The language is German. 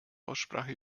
aussprache